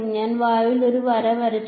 ഞാൻ വായുവിൽ ഒരു വര വരച്ചു